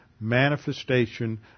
manifestation